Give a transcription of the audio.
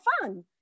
fun